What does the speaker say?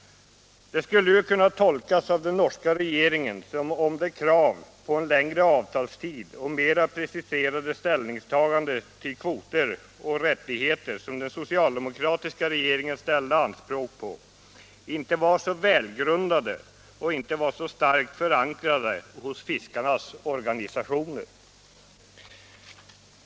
Det skulle ju kunna tolkas av den norska regeringen som om de krav på en längre avtalstid och mera preciserade ställningstaganden till kvoter och rättigheter, som den socialdemokratiska regeringen hävdade, inte var så välgrundade och inte var så starkt förankrade hos fiskarnas organisationer.